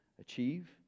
achieve